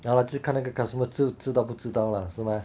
!hanna! 就是看那个 customer 什么知知道不知道啦是吗